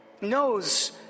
knows